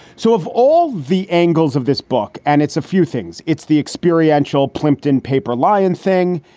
so of all the angles of this book and it's a few things, it's the experience qrl plimpton paper lion thing,